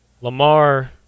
Lamar